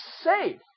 safe